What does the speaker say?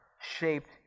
shaped